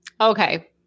Okay